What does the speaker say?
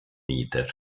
nieder